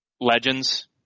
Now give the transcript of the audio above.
Legends